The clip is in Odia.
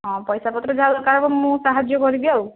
ହଁ ପଇସାପତ୍ର ଯାହା ଦରକାର ହେବ ମୁଁ ସାହାଯ୍ୟ କରିବି ଆଉ